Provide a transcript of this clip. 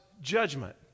judgment